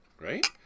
Right